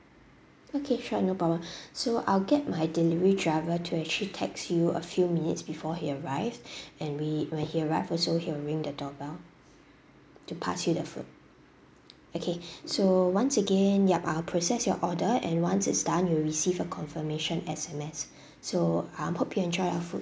okay sure no problem so I'll get my delivery driver to actually text you a few minutes before he arrive and we when he arrived also he will ring the doorbell to pass you the food okay so once again yup I will process your order and once it's done you will receive a confirmation S_M_S so um hope you enjoy our food